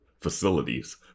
facilities